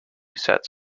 sets